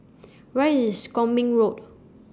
Where IS Kwong Min Road